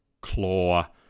claw